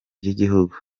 ry’igihugu